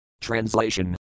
Translation